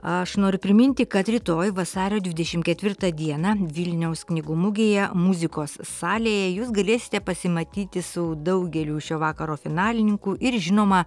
aš noriu priminti kad rytoj vasario dvidešimt ketvirtą dieną vilniaus knygų mugėje muzikos salėje jūs galėsite pasimatyti su daugeliu šio vakaro finalininkų ir žinoma